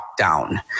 lockdown